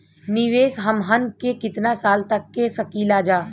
निवेश हमहन के कितना साल तक के सकीलाजा?